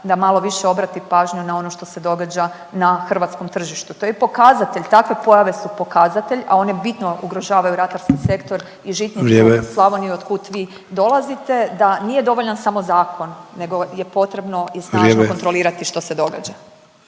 da malo više obrati pažnju na ono što se događa na hrvatskom tržištu. To je pokazatelj, takve pojave su pokazatelj, a one bitno ugrožavaju ratarski sektor…/Upadica Sanader: Vrijeme./…i žitnicu Slavoniju otkud vi dolazite da nije dovoljan samo zakon nego je potrebno i snažno kontrolirati…/Upadica